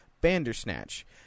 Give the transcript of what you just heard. Bandersnatch